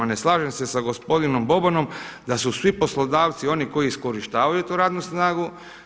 Ne slažem se sa gospodinom Bobanom da su svi poslodavci oni koji iskorištavaju tu radnu snagu.